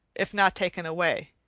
if not taken away,